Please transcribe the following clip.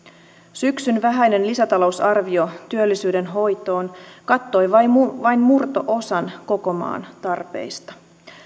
syksyn vähäinen lisätalousarvio työllisyyden hoitoon kattoi vain murto osan koko maan tarpeista